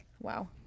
wow